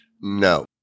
No